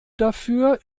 dafür